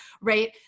right